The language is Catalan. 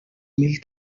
mil